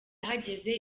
yahageze